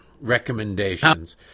recommendations